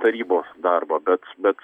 tarybos darbo bet bet